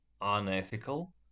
unethical